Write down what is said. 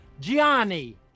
Gianni